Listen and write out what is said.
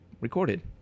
recorded